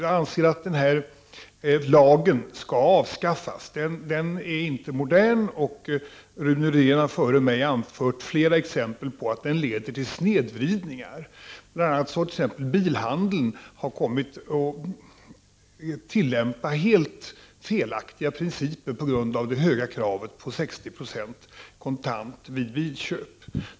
Jag anser att denna lag skall avskaffas. Den är inte modern, och Rune Rydén har före mig anfört flera exempel på att den leder till snedvridningar. Bl.a. har t.ex. bilhandeln kommit att tillämpa helt felaktiga principer på grund av det höga kravet på 60-procentig kontant betalning vid bilköp.